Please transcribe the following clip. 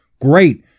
Great